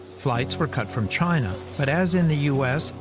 flights were cut from china, but, as in the u s,